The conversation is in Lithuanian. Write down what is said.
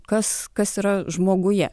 kas kas yra žmoguje